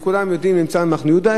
כולם יודעים שהוא נמצא במחנה-יהודה,